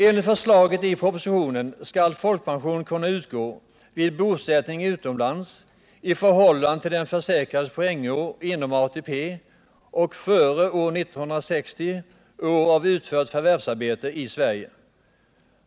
Enligt förslaget i propositionen skall folkpension kunna utgå vid bosättning utomlands i förhållande till den försäkrades poängår inom ATP och — före år 1960 — år av utfört förvärvsarbete i Sverige.